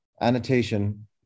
Annotation